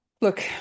Look